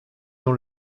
dans